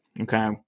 Okay